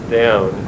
down